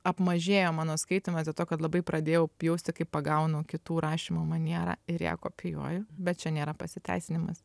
apmažėjo mano skaitymas dėl to kad labai pradėjau jausti kaip pagaunu kitų rašymo manierą ir ją kopijuoju bet čia nėra pasiteisinimas